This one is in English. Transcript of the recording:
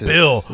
Bill